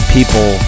People